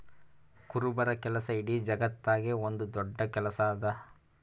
ಕುರುಬರ ಕೆಲಸ ಇಡೀ ಜಗತ್ತದಾಗೆ ಒಂದ್ ದೊಡ್ಡ ಕೆಲಸಾ ಅದಾ